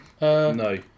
No